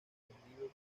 suspendido